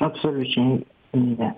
absoliučiai ne